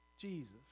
Jesus